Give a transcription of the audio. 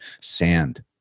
sand